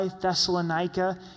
Thessalonica